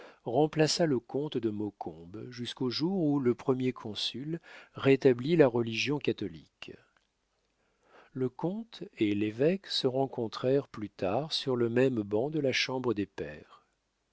remplaça le comte de maucombe jusqu'au jour où le premier consul rétablit la religion catholique le comte et l'évêque se rencontrèrent plus tard sur le même banc de la chambre des pairs